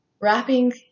wrapping